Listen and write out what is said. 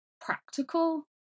practical